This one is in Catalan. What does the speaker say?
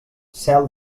cel